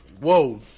Whoa